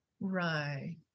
right